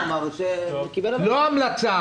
לא המלצה.